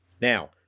Now